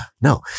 No